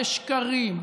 בשקרים,